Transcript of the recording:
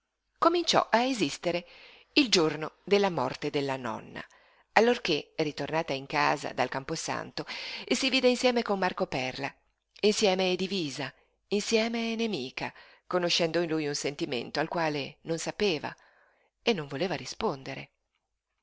cominciò a esistere il giorno della morte della nonna allorché ritornata in casa dal camposanto si vide insieme con marco perla insieme e divisa insieme e nemica conoscendo in lui un sentimento al quale non sapeva e non voleva rispondere